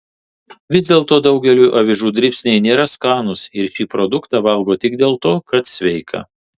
vis dėlto daugeliui avižų dribsniai nėra skanūs ir šį produktą valgo tik dėl to kad sveika